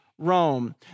Rome